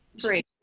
great.